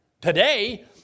today